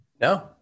No